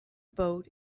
boat